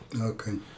Okay